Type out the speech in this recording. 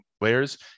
layers